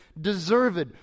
deserved